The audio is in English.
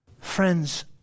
friends